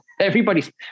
everybody's